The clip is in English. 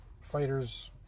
Fighters